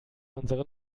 unseren